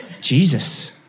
Jesus